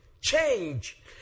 change